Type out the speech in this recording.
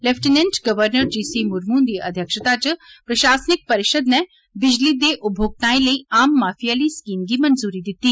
lieutenant governor G C Murmu हुंदी अध्यक्षता च प्रशासनिक परिषद नै बिजली दे उपभोक्ताएं लेई आम माफी आली स्कीम गी मंजूरी दित्ती